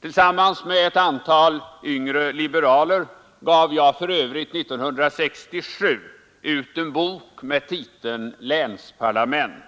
Tillsammans med ett antal yngre liberaler gav jag för övrigt 1967 ut en bok med titeln Länsparlament,